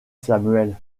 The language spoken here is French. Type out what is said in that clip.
samuel